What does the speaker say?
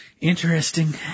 Interesting